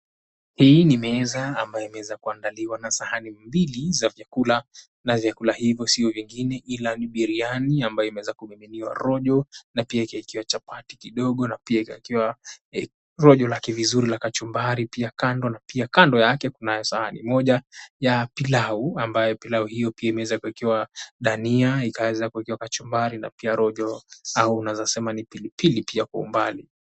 Hii ni meza ambayo imeweza kuandaliwa na sahani mbili za vyakula. Na vyakula hivyo sio vingine ila ni biriani ambayo imeweza kumiminiwa rojo, na pia ikawekewa chapati kidogo, na pia ekewa rojo lake vizuri na kachumbari, pia kando. Na pia kando yake kuna sahani moja ya pilau, ambayo pilau hiyo pia imeweza kuwekewa dania, ikaweza kuwekewa kachumbari, na pia rojo au unaeza sema ni pilipili pia kwa umbali.